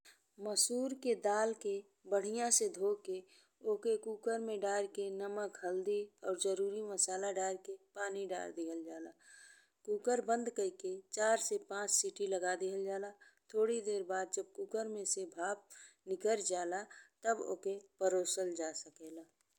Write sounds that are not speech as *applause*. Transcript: मसूर के दाल के बढ़िया से धोके ओके कुकर में दर के नमक, हल्दी और जरूरी मसाला डारी के पानी दर दिहल जाला *noise* कुकर बंद कइ के चार से पाँच सीटी लगा दिहल जाला। थोड़ी देर बाद जब कुकर में से भाप निकरी जाला तब ओके परोसल जा सकेला।